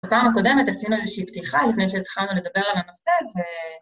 בפעם הקודמת עשינו איזושהי פתיחה לפני שהתחלנו לדבר על הנושא, ו...